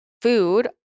food